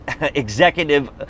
executive